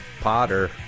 Potter